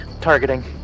targeting